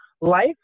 life